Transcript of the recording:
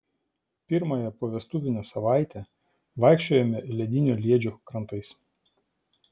pirmąją povestuvinę savaitę vaikščiojome ledinio liedžio krantais